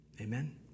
Amen